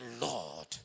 lord